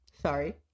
sorry